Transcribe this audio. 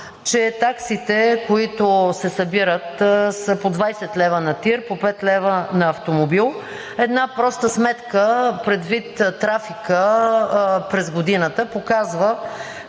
че таксите, които се събират, са по 20 лв. на ТИР, по пет лева на автомобил. Една проста сметка предвид трафика през годината показва,